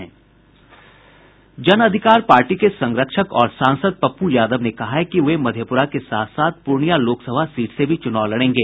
Jan Adhikar party के संरक्षक और सांसद पप्प् यादव ने कहा है कि वे मधेपुरा के साथ साथ पूर्णियां लोकसभा सीट से भी चुनाव लड़ेंगे